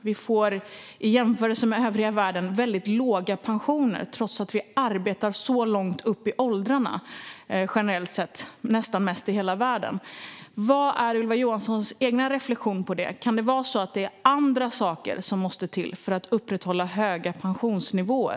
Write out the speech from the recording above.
Vi får i jämförelse med i övriga världen väldigt låga pensioner trots att vi arbetar så långt upp i åldern generellt sett, nästan mest i hela världen. Vad är Ylva Johanssons egen reflektion på det? Kan det vara så att det är andra saker som måste till för att upprätthålla höga pensionsnivåer?